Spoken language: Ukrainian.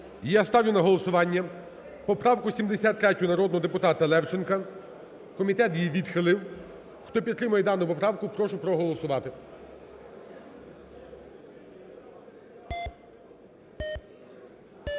Я ставлю на голосування поправку 73-ю народного депутата Левченка. Комітет її відхилив. Хто підтримує дану поправку, прошу проголосувати.